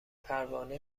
پروانه